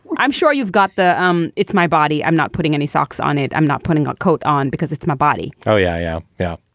i'm sure you've got the um it's my body i'm not putting any socks on it. i'm not putting on a coat on because it's my body. oh, yeah, yeah. now,